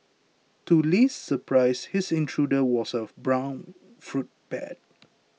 to Li's surprise his intruder was of brown fruit bat